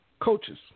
coaches